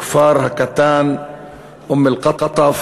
לכפר הקטן אום-אלקוטוף